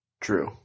true